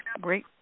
great